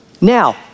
Now